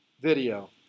video